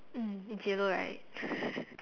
mm it's J-Lo right